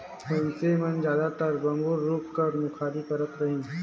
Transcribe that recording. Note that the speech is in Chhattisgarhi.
मइनसे मन जादातर बबूर रूख कर मुखारी करत रहिन